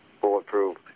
bulletproof